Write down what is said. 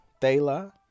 Thela